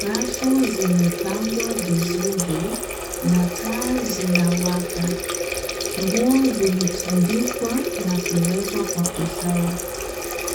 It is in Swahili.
Rafu zimepangwa vizuri na taa zinawaka. Nguo zimetundikwa na kuwekwa kwa usawa.